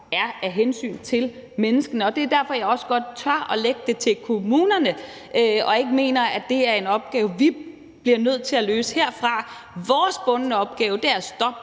er af hensyn til menneskene, og det er derfor, jeg også godt tør lægge det ud til kommunerne og ikke mener, at det er en opgave, vi bliver nødt til at løse herfra. Vores bundne opgave er at stoppe